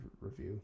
review